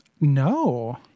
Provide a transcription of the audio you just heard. no